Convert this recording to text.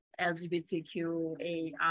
LGBTQAI